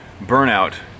burnout